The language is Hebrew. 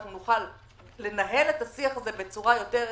אנחנו נוכל לנהל את השיח הזה יותר "תכל'ס",